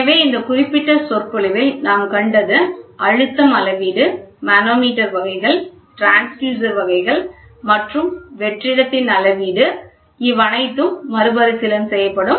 எனவே இந்த குறிப்பிட்ட சொற்பொழிவில் நாம் கண்டது அழுத்தம் அளவீட்டு மனோமீட்டர் வகைகள் டிரான்ஸ்யூட்டர்களின் வகைகள் மற்றும் வெற்றிடத்தின் அளவீடு இவ்வனைத்தும் மறுபரிசீலன் செய்யப்படும்